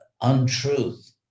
untruth